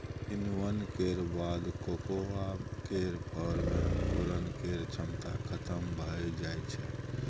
किण्वन केर बाद कोकोआ केर फर मे अंकुरण केर क्षमता खतम भए जाइ छै